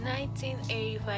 1985